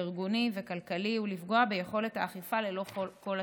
ארגוני וכלכלי ולפגוע ביכולת האכיפה ללא כל הצדקה.